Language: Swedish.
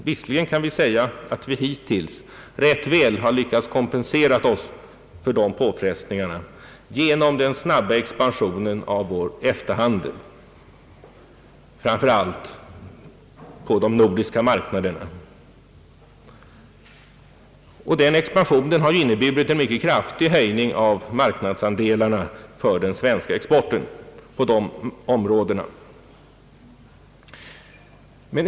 Visserligen har vi hittills rätt väl lyckats kompensera oss för dessa påfrestningar genom den snabba expansionen av vår EFTA-handel, framför allt på de nor diska marknaderna. Denna expansion har inneburit en kraftig höjning av marknadsandelarna för den svenska exporten.